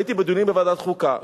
והייתי בדיונים בוועדת החוקה,